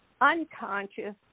unconscious